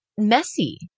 messy